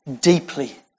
deeply